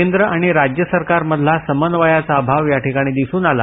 केंद्र आणि राज्य सरकारमधला समन्वयाचा या ठिकाणी दिसून आला